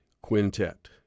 quintet